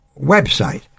website